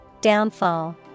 downfall